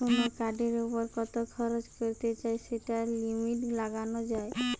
কুনো কার্ডের উপর কত খরচ করতে চাই সেটার লিমিট লাগানা যায়